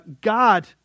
God